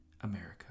America